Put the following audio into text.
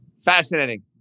Fascinating